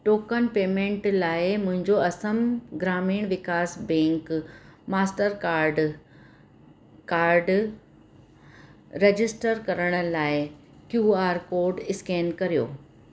token payment लाइ मुंहिंजो Assam Gramin Vikas bank mastercard card register करण लाइ क्यू आर कोड स्कैन करियो